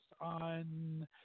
on